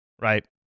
Right